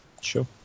Sure